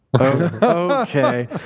Okay